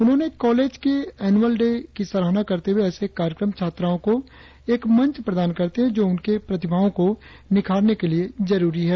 उन्होंने कॉलेज की annual day की सराहना करते हुए ऐसे कार्यक्रम छत्राओं को एक मंच प्रदान करते है जो उनके प्रतिभाओं को निखारने के लिए जरुरी है